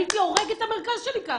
הייתי הורגת את המרכז שלי ככה,